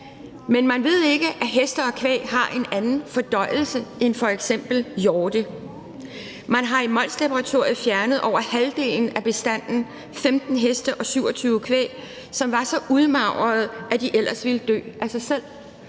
Men man ved ikke, at heste og kvæg har en anden fordøjelse end f.eks. hjorte. Man har i Molslaboratoriet fjernet over halvdelen af bestanden – 15 heste og 27 stykker kvæg – som var så udmagrede, at de ellers ville dø af sig selv.